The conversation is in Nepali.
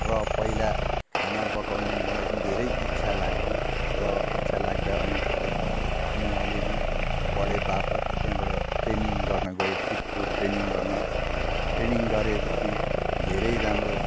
र पहिला खाना पकाउनु मलाई धेरै इच्छा लाग्थ्यो र इच्छा लाग्दा अनुसार म अलि अलि पढेँ बापत त्यहाँबाट ट्रेनिङ गर्न गएँ कुकको ट्रेनिङ गर्न ट्रेनिङ गरे पछि धेरै राम्रो